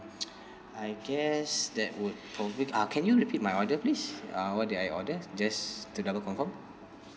I guess that would probably uh can you repeat my order please uh what did I order just to double confirm